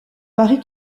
paraît